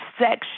section